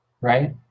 Right